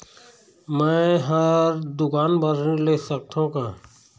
मैं हर दुकान बर ऋण ले सकथों का?